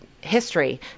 history